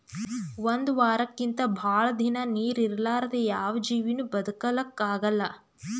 ಒಂದ್ ವಾರಕ್ಕಿಂತ್ ಭಾಳ್ ದಿನಾ ನೀರ್ ಇರಲಾರ್ದೆ ಯಾವ್ ಜೀವಿನೂ ಬದಕಲಕ್ಕ್ ಆಗಲ್ಲಾ